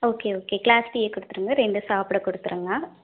okay okay glass டீயே கொடுத்துருங்க ரெண்டு சாப்பிட கொடுத்துருங்க